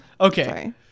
Okay